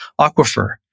aquifer